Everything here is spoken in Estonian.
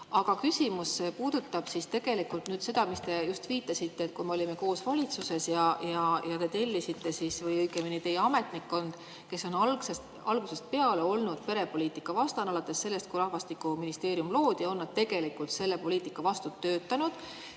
küsimus puudutab seda, millele te just viitasite, et kui me olime koos valitsuses ja te tellisite või õigemini teie ametnikkond, kes on algusest peale olnud perepoliitikavastane – alates sellest, kui rahvastikuministeerium loodi, on nad tegelikult selle poliitika vastu töötanud